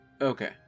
Okay